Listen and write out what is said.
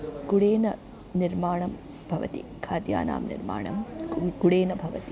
गुडेन निर्माणं भवति खाद्यानां निर्माणं गुडेन भवति